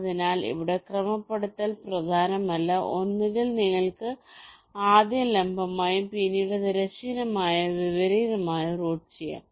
അതിനാൽ ഇവിടെ ക്രമപ്പെടുത്തൽ പ്രധാനമല്ല ഒന്നുകിൽ നിങ്ങൾക്ക് ആദ്യം ലംബമായും പിന്നീട് തിരശ്ചീനമായോ വിപരീതമായോ റൂട്ട് ചെയ്യാം